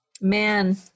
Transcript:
Man